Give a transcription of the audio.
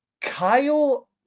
Kyle